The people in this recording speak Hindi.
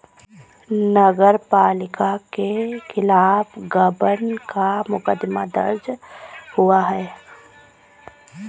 नगर पालिका के खिलाफ गबन का मुकदमा दर्ज हुआ है